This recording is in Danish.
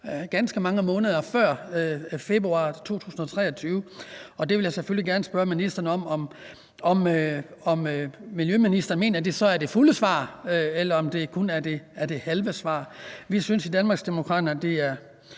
ganske mange måneder før februar 2023. Der vil jeg selvfølgelig gerne spørge, om miljøministeren mener, at det så er det fulde svar, eller om det kun er det halve svar. Vi synes i Danmarksdemokraterne, at det er